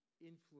influence